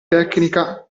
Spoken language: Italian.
tecnica